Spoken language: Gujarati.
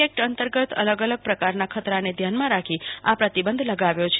એકત અંતર્ગત અલગ અલગ પ્રકારના ખતરાને ધ્યાનમાં રાખીને આવી એપ્સ પર પ્રતિબંધ લગાવ્યો છે